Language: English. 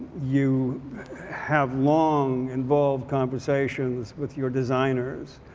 you have long, involved conversations with your designers,